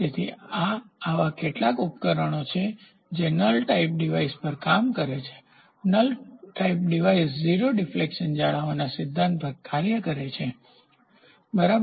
તેથી આ એવા કેટલાક ઉપકરણો છે જે નલ ટાઇપ ડિવાઇસ પર કામ કરે છે નલ ટાઇપ ડિવાઇસ 0 ડિફ્લેક્શન જાળવવાના સિદ્ધાંત પર કાર્ય કરે છે બરાબર